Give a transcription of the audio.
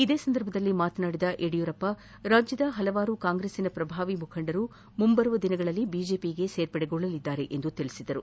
ಇದೇ ಸಂದರ್ಭದಲ್ಲಿ ಮಾತನಾಡಿದ ಯಡಿಯೂರಪ್ಪ ರಾಜ್ಯದ ಪಲವಾರು ಕಾಂರೆಸ್ಸಿನ ಪ್ರಭಾವಿ ಮುಖಂಡರು ಮುಂದಿನ ದಿನಗಳಲ್ಲಿ ಬಿಜೆಪಿಗೆ ಸೇರ್ಪಡೆಗೊಳ್ಳಲಿದ್ದಾರೆ ಎಂದು ತಿಳಿಸಿದರು